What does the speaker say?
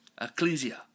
Ecclesia